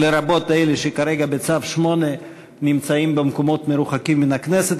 לרבות אלה שכרגע בצו 8 נמצאים במקומות מרוחקים מן הכנסת.